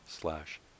slash